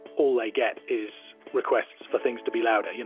all they get is requests for things to be louder. you